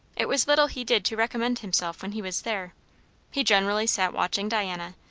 it was little he did to recommend himself when he was there he generally sat watching diana,